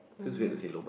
mm